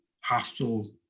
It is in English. hostile